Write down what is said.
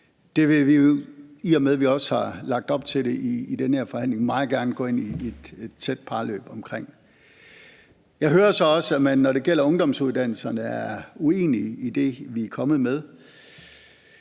Det vil vi jo, i og med at vi også har lagt op til det i den her forhandling, meget gerne gå ind i et tæt parløb om. Jeg hører så også, at man, når det gælder ungdomsuddannelserne, er uenige i det, vi er kommet med.